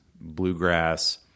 bluegrass